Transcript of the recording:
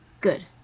Good